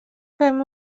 fem